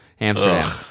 amsterdam